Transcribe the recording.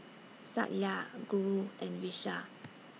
Satya Guru and Vishal